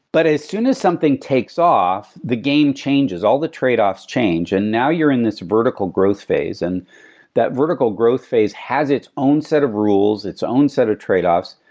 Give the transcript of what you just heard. but as soon as something takes off, the game changes. all the trade-offs change. and now you're in this vertical growth phase. and that vertical growth phase has its own set of rules, its own set of trade-offs.